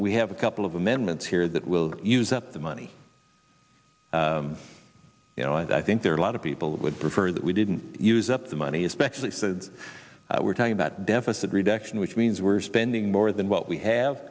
we have a couple of amendments here that will use up the money you know and i think there are a lot of people that would prefer that we didn't use up the money especially since we're talking about deficit reduction which means we're spending more than what we have